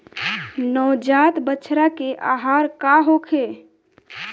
नवजात बछड़ा के आहार का होखे?